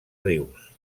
rius